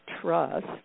trust